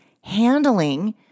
handling